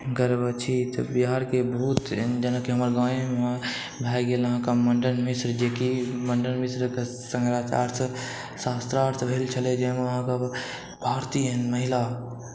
गर्व अछि तऽ बिहारके बहुत एहेन जेनाकि हमरा गाँवेमे भए गेल अहाँकेॅं मंडन मिश्र जेकि मंडन मिश्रके शंकराचार्यसँ शास्त्रार्थ भेल छलै जाहिमे अहाँकेॅं भारती एहेन महिला